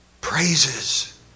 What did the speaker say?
praises